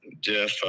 Jeff